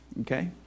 okay